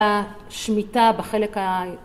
השמיטה בחלק